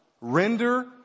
render